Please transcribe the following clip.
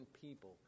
people